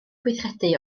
gweithredu